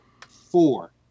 Four